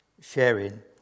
sharing